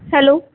hello